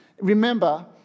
Remember